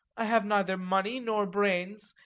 i have neither money nor brains,